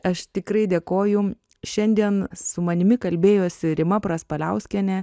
aš tikrai dėkoju šiandien su manimi kalbėjosi rima praspaliauskienė